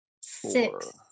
Six